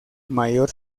mayor